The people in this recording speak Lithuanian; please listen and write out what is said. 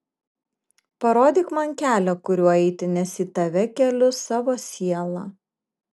parodyk man kelią kuriuo eiti nes į tave keliu savo sielą